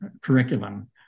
curriculum